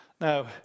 Now